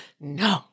No